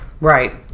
right